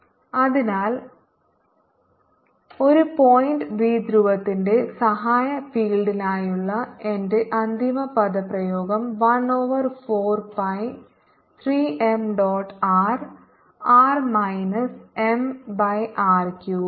rr mr3 അതിനാൽ ഒരു point ദ്വിധ്രുവത്തിന്റെ സഹായ ഫീൽഡിനായുള്ള എന്റെ അന്തിമ പദപ്രയോഗം 1 over 4 pi 3 m dot R R minus M by R cube